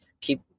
keep